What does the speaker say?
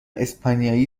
اسپانیایی